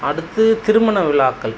அடுத்து திருமண விழாக்கள்